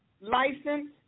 license